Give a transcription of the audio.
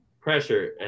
pressure